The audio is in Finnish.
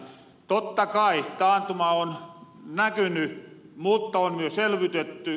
totta kai taantuma on näkyny mutta on myös elvytetty